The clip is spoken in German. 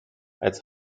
als